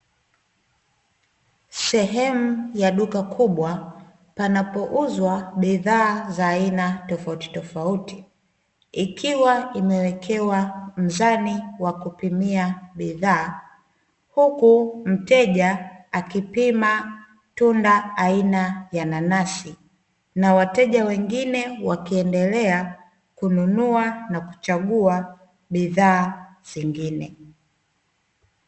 Sehemu ya duka kubwa, panapouzwa bidhaa za aina tofautitofauti. Ikiwa imewekewa mzani wa kupimia bidhaa, huku mteja akipima tunda aina ya nanasi. Na wateja wengine wakiendelea, kununua na kuchagua bidhaa zingine.